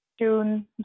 June